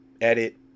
edit